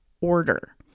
order